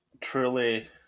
truly